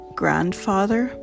grandfather